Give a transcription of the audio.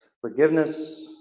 Forgiveness